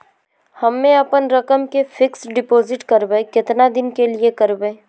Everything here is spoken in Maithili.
हम्मे अपन रकम के फिक्स्ड डिपोजिट करबऽ केतना दिन के लिए करबऽ?